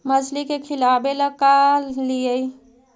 मछली के खिलाबे ल का लिअइ?